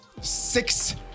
six